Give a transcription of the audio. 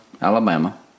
Alabama